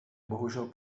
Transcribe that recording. bohužel